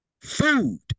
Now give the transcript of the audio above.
food